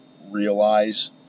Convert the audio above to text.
realize